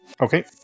Okay